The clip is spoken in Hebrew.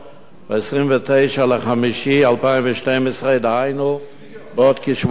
29 במאי 2012, דהיינו בעוד כשבועיים.